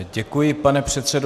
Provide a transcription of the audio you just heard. Děkuji, pane předsedo.